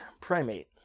primate